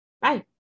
bye